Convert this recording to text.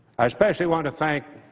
i especially want to thank